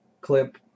clip